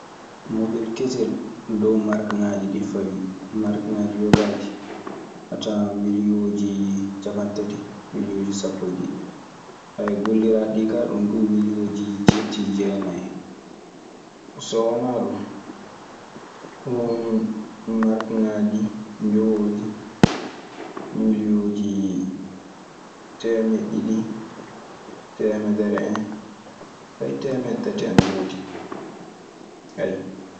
Mobel kessel dow makegaji ɗi fawi, marke ngaji ƴogaji atawan milioji ciapantati. Milioji sapo e diɗɗi, goliraɗi ka milioji dietti jeenaye hen. So wonaa ɗum, ɗum woni martoŋaaji jahooji miliyonooji temeɗɗe ɗiɗi, teemedere en, fay teemeɗɗe tati ina woodi, ayi!